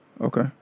Okay